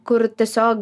kur tiesiog